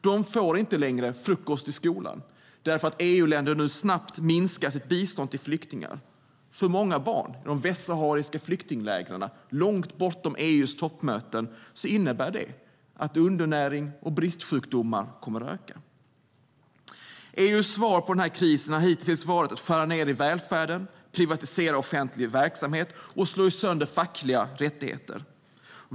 De får inte längre frukost i skolan därför att EU-länder nu snabbt minskar sitt bistånd till flyktingarna. För många barn i de västsahariska flyktinglägren, långt bortom EU:s toppmöten, innebär det att undernäring och bristsjukdomar kommer att öka. EU:s svar på krisen har hittills varit att skära ned i välfärden, privatisera offentlig verksamhet och slå sönder fackliga rättigheter.